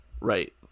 Right